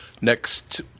next